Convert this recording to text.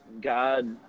God